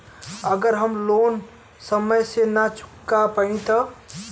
अगर हम लोन समय से ना चुका पैनी तब?